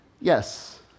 Yes